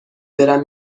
برم